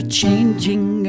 changing